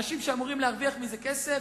האנשים שאמורים להרוויח מזה כסף.